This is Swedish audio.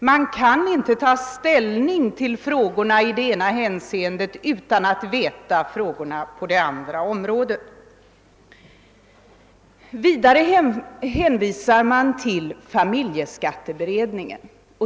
Man kan inte i ena fallet ta ställning utan att känna till läget på det andra området. Sedan har det också hänvisats till familjeskatteberedningen.